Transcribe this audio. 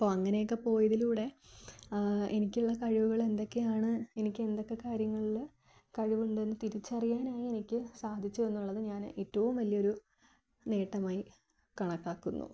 അപ്പോൾ അങ്ങനെയൊക്കെ പോയതിലൂടെ എനിക്കുള്ള കഴിവുകൾ എന്തൊക്കെയാണ് എനിക്ക് എന്തൊക്കെ കാര്യങ്ങളില് കഴിവുണ്ട് തിരിച്ചറിയാനായി എനിക്ക് സാധിച്ചു എന്നുള്ളത് ഞാൻ ഏറ്റവും വലിയൊരു നേട്ടമായി കണക്കാക്കുന്നു